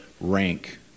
rank